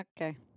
Okay